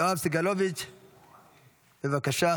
יואב סגלוביץ', בבקשה.